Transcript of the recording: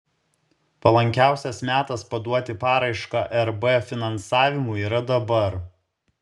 palankiausias metas paduoti paraišką rb finansavimui yra dabar